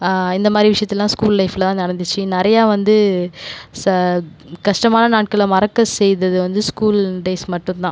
இந்தமாதிரி விஷயத்துலலாம் ஸ்கூல் லைஃப்பில் தான் நடந்துச்சு நிறையா வந்து ச கஷ்டமான நாட்களை மறக்க செய்தது வந்து ஸ்கூல் டேஸ் மட்டும்தான்